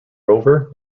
rover